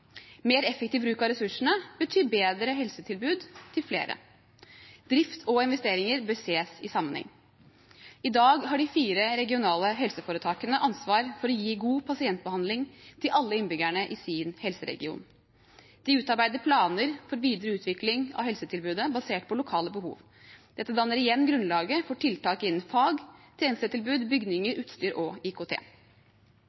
Mer effektiv bruk av ressursene betyr bedre helsetilbud til flere. Drift og investeringer bør ses i sammenheng. I dag har de fire regionale helseforetakene ansvar for å gi god pasientbehandling til alle innbyggerne i sin helseregion. De utarbeider planer for videre utvikling av helsetilbudet basert på lokale behov. Dette danner igjen grunnlaget for tiltak innen fag, tjenestetilbud, bygninger,